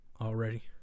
Already